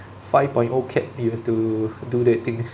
five point O CAP you have to do that thing